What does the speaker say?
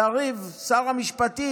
יריב שר המשפטים,